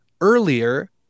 Earlier